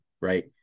right